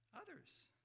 others